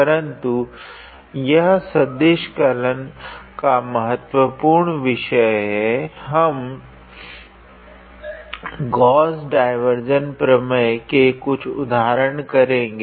परन्तु यह सदिश कलन का महत्वपूर्ण विषय है हम गॉस डाइवार्जेंस प्रमेय के कुछ उदाहरण करेगे